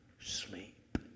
sleep